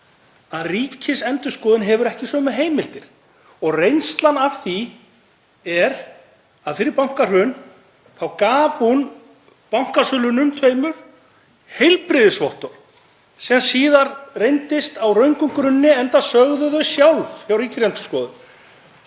að Ríkisendurskoðun hefur ekki sömu heimildir og reynslan af því er að fyrir bankahrun þá gaf hún bankasölunum tveimur heilbrigðisvottorð sem síðar reyndist á röngum grunni, enda sögðu þau sjálf hjá Ríkisendurskoðun